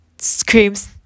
screams